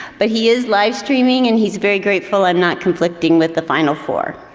but he is live streaming and he's very grateful i'm not conflicting with the final four.